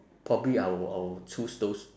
probably I'll I'll choose those